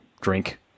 drink